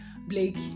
Blake